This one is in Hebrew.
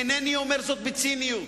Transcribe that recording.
אינני אומר זאת בציניות,